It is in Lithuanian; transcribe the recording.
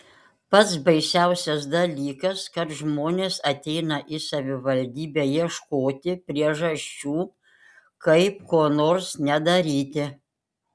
pats baisiausias dalykas kad žmonės ateina į savivaldybę ieškoti priežasčių kaip ko nors nedaryti